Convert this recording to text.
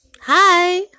Hi